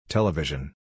Television